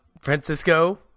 Francisco